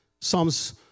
Psalms